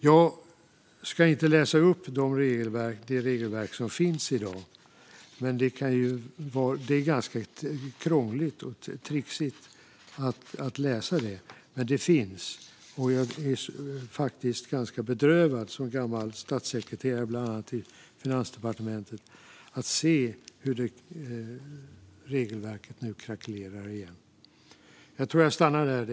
Jag ska inte läsa upp det regelverk som finns i dag. Det är ganska krångligt och trixigt att läsa det, men det finns. Jag är som gammal statssekreterare i bland annat Finansdepartementet ganska bedrövad att se hur regelverket nu krackelerar. Jag tror att jag stannar där.